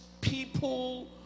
people